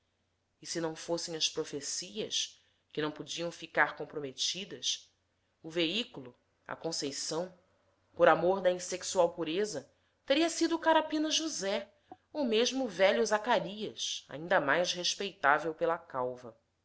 e se não fossem as profecias que não podiam ficar comprometidas o veículo a conceição por amor da insexual pureza teria sido o carapina josé ou mesmo o velho zacarias ainda mais respeitável pela calva